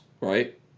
right